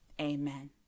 Amen